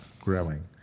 growing